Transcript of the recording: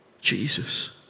Jesus